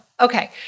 Okay